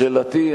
שאלתי,